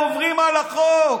הרי אתם עוברים על החוק.